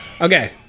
Okay